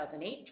2018